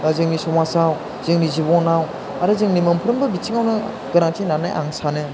बा जोंनि समाजाव जोंनि जिबनाव आरो जोंनि मोनफ्रोमबो बिथिङावनो गोनांथि होन्नानै आं सानो